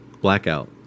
Blackout